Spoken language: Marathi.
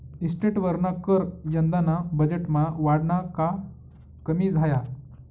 इस्टेटवरना कर यंदाना बजेटमा वाढना का कमी झाया?